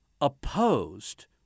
opposed